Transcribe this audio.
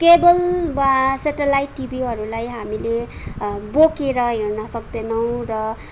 cable वा satellite टिभीहरूलाई हामीले बोकेर हिँड्न सक्दैनौँ र